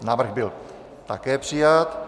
Návrh byl také přijat.